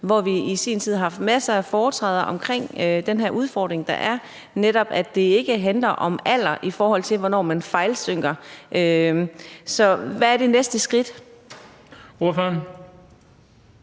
hvor vi i sin tid havde masser af foretræder om den her udfordring, der er, netop at det ikke handler om alder, i forhold til hvornår man fejlsynker. Så hvad er det næste skridt?